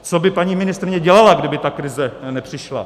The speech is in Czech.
Co by paní ministryně dělala, kdyby ta krize nepřišla?